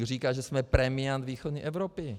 Říká, že jsme premiant východní Evropy.